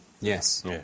Yes